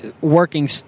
working